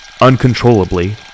uncontrollably